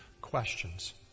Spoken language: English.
questions